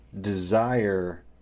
desire